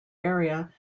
area